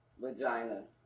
vagina